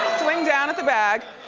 swing down at the bag.